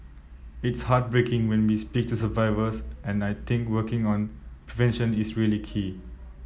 it's heartbreaking when we speak to survivors and I think working on prevention is really key